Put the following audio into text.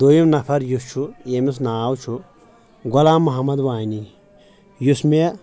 دوٚیِم نفر یُس چھُ یمِس ناو چھُ غلام محمد وانی یُس مےٚ